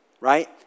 right